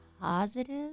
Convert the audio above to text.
positive